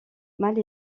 mâle